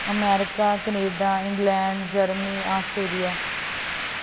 America Canada England Germany Australia